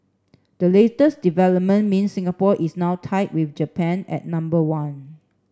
the latest development means Singapore is now tied with Japan at number one